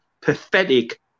pathetic